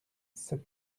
sept